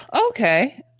Okay